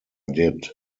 did